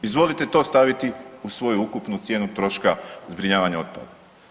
Izvolite to staviti u svoju ukupnu cijenu troška zbrinjavanja otpada.